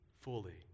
fully